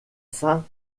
saints